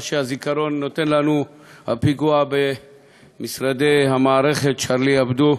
מה שהזיכרון נותן לנו: הפיגוע במשרדי המערכת של "שארלי הבדו",